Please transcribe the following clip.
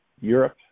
Europe